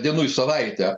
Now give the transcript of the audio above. dienų į savaitę